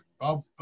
Bob